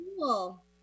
cool